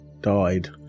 died